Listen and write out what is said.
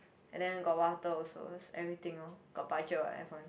and then got water also everything lor got budget what F one